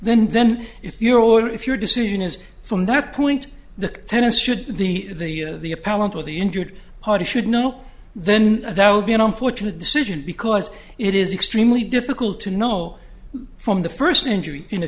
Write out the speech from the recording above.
then then if your or if your decision is from that point the tennis should the the appellant of the injured party should know then that would be an unfortunate decision because it is extremely difficult to know from the first injury in a